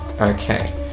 Okay